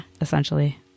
essentially